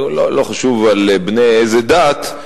לא חשוב על בני איזו דת,